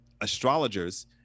astrologers